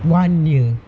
one year